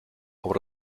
aber